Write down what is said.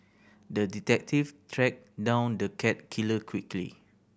the detective tracked down the cat killer quickly